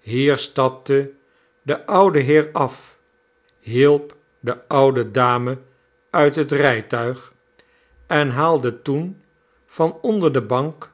hier stapte de oude heer af hielp de oude dame uit het rijtuig en haalde toen van onder de bank